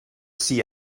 see